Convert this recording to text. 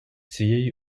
цієї